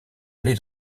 aller